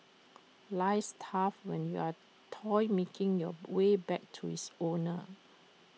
life's tough when you're A toy making your way back to is owner